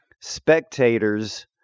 spectators